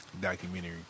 documentary